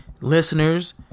listeners